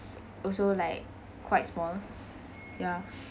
also like quite small ya